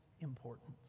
importance